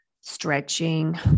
stretching